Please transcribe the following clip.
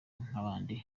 nkabandi